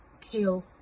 kill